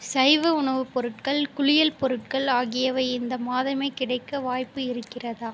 சைவ உணவு பொருட்கள் குளியல் பொருட்கள் ஆகியவை இந்த மாதமே கிடைக்க வாய்ப்பு இருக்கிறதா